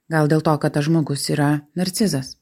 gal dėl to kad tas žmogus yra narcizas